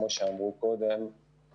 כמו שאמרו קודם,